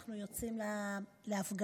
אנחנו יוצאים להפגנות